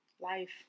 Life